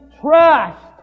trust